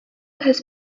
has